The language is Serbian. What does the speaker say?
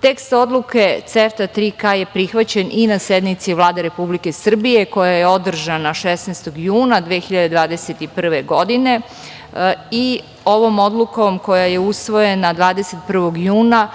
3K.Tekst Odluke CEFTA 3K je prihvaćeni i na sednici Vlade Republike Srbije, koja je održana 16. juna 2021. godine. Ovom odlukom koja je usvojena 21. juna